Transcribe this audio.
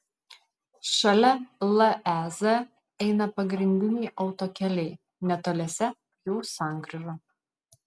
šalia lez eina pagrindiniai autokeliai netoliese jų sankryža